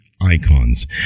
icons